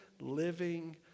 living